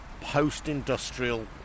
post-industrial